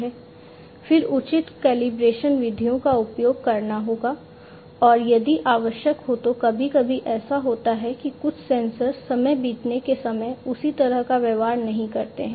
फिर उचित कैलिब्रेशन विधियों का उपयोग करना होगा और यदि आवश्यक हो तो कभी कभी ऐसा होता है कि कुछ सेंसर समय बीतने के समय उसी तरह का व्यवहार नहीं करते हैं